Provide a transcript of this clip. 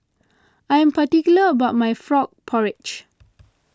I am particular about my Frog Porridge